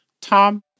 Tom